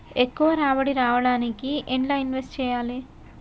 ఎక్కువ రాబడి రావడానికి ఎండ్ల ఇన్వెస్ట్ చేయాలే?